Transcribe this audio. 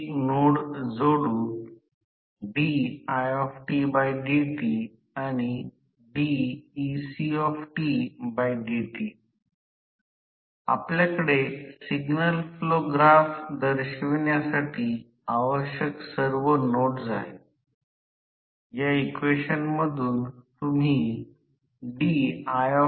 stator च्या संदर्भात ते फक्त ns असेल कारण आम्ही रोटर ला फिरण्यास परवानगी देत नाही परंतु तितक्या लवकर रोटर ला त्यामध्ये फिरण्यास अनुमती मिळेल